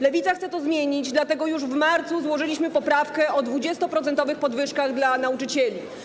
Lewica chce to zmienić, dlatego już w marcu złożyliśmy poprawkę o 20-procentowych podwyżkach dla nauczycieli.